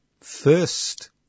first